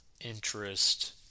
interest